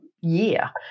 year